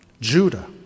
Judah